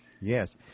Yes